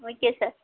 okay sir